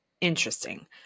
Interesting